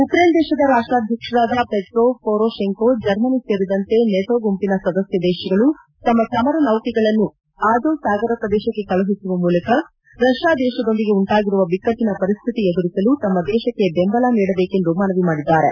Ukraine ದೇಶದ ರಾಷ್ಟಾಧ್ವಕ್ಷರಾದ Petro Poroshenko Germany ಸೇರಿದಂತೆ ನೆಟೋ ಗುಂಪಿನ ಸದಸ್ಯ ದೇಶಗಳು ತಮ್ಮ ಸಮರ ನೌಕೆಗಳನ್ನು ಆಜೌ ಸಾಗರ ಪ್ರದೇಶಕ್ಕೆ ಕಳುಹಿಸುವ ಮೂಲಕ ರಷ್ಯಾ ದೇಶದೊಂದಿಗೆ ಉಂಟಾಗಿರುವ ಬಿಕ್ಕಟ್ಟನ ಪರಿಸ್ಥಿತಿಯನ್ನು ಎದುರಿಸಲು ತಮ್ಮ ದೇಶಕ್ಕೆ ಬೆಂಬಲ ನೀಡಬೇಕೆಂದು ಮನವಿ ಮಾಡಿದ್ದಾರೆ